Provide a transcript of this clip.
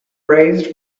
raised